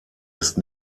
ist